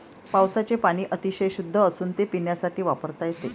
पावसाचे पाणी अतिशय शुद्ध असून ते पिण्यासाठी वापरता येते